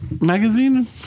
magazine